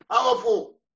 powerful